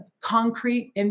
concrete